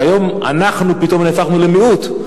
שהיום אנחנו פתאום נהפכנו למיעוט.